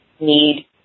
Need